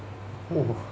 !whoa!